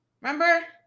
Remember